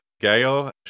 Gail